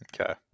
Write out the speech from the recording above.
okay